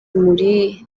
muri